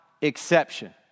exception